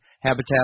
Habitat